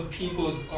peoples